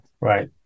Right